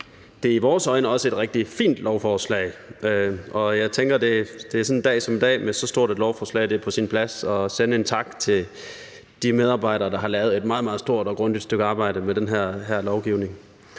Det er i vores øjne også et rigtig fint lovforslag. Jeg tænker, at det er sådan en dag som i dag, at det med så stort et lovforslag er på sin plads at sende en tak til de medarbejdere, der har lavet et meget, meget stort og grundigt stykke arbejde med den her lovgivning.